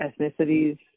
ethnicities